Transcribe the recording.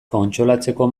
kontsolatzeko